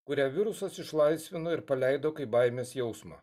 kurią virusas išlaisvino ir paleido kaip baimės jausmą